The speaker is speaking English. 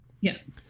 Yes